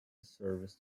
service